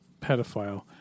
pedophile